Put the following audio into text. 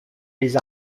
les